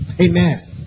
Amen